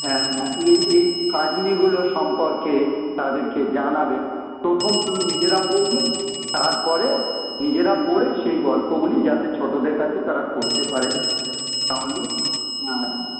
হ্যাঁ এই এই কাহিনিগুলো সম্পর্কে তাদেরকে জানাবে প্রথম তারা নিজেরা পড়বে তারপরে নিজেরা পড়ে সেই গল্পগুলি যাতে ছোটোদের কাছে তারা করতে পারে তাহলে হ্যাঁ